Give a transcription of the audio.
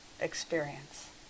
experience